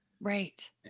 Right